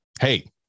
Hey